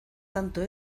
tanto